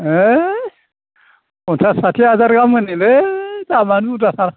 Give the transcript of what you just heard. ओइ पन्सास साथि हाजार गाहाम होनोलै दामानो बुरजाथार